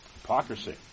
Hypocrisy